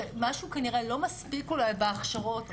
שמשהו כנראה לא מספיק אולי בהכשרות,